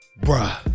Bruh